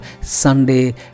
Sunday